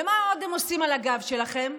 ומה עוד הם עושים על הגב שלכם?